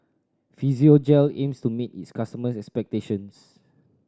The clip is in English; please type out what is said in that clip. Physiogel aims to meet its customers' expectations